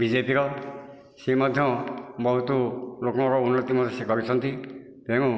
ବିଜେପିର ସେ ମଧ୍ୟ ବହୁତ ଲୋକଙ୍କର ଉନ୍ନତି ମଧ୍ୟ ସେ କରିଛନ୍ତି ତେଣୁ